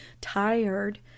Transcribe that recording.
tired